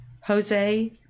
Jose